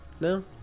No